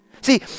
See